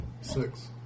Six